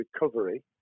recovery